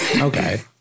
okay